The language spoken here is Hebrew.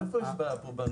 מה הבעיה בנוסח?